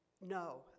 No